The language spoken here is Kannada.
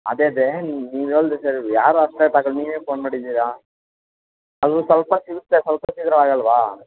ಅದೇದೇ ನೀವೇಳ್ದೆ ಸರಿ ಯಾರು ನೀವೇ ಫೋನ್ ಮಾಡಿದ್ದೀರ ಅದು ಸ್ವಲ್ಪ ಹೊತ್ತು ಇರುತ್ತೆ ಸ್ವಲ್ಪ ಹೊತ್ತು ಇದ್ರೆ ಆಗೋಲ್ವಾ